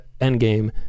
Endgame